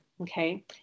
Okay